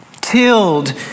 Tilled